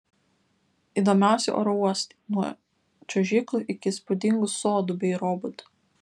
įdomiausi oro uostai nuo čiuožyklų iki įspūdingų sodų bei robotų